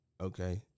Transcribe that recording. Okay